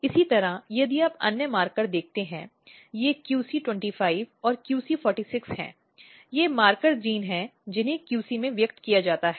इसी तरह यदि आप अन्य मार्कर देखते हैं ये QC 25 और QC 46 हैं ये मार्कर जीन हैं जिन्हें QC में व्यक्त किया जाता है